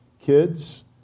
kids